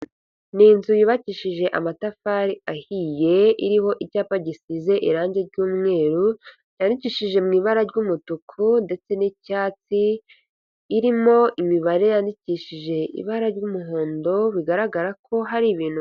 Ni inzu yubakishije amatafari ahiye, iriho icyapa gisize irangi ry'umweru, cyandikishije mu ibara ry'umutuku ndetse n'icyatsi, irimo imibare yandikishije ibara ry'umuhondo bigaragara ko hari ibintu..